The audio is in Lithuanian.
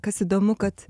kas įdomu kad